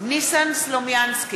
ניסן סלומינסקי,